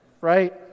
right